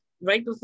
right